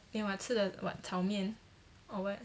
then what 吃了 what 炒面 or what